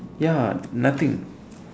ya nothing